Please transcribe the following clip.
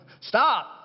stop